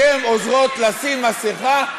אתן עוזרות לשים מסכה: